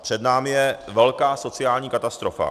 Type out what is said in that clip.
Před námi je velká sociální katastrofa.